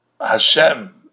Hashem